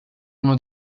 uno